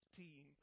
team